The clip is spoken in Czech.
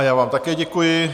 Já vám také děkuji.